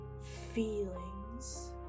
feelings